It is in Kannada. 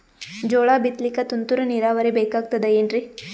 ಜೋಳ ಬಿತಲಿಕ ತುಂತುರ ನೀರಾವರಿ ಬೇಕಾಗತದ ಏನ್ರೀ?